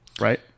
Right